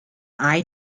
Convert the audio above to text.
eye